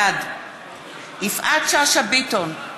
בעד יפעת שאשא ביטון,